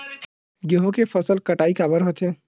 गेहूं के फसल कटाई काबर होथे?